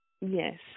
Yes